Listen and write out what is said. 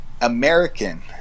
american